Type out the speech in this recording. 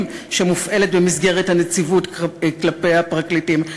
שמופעלת במסגרת הנציבות כלפי הפרקליטים.